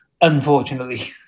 unfortunately